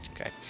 Okay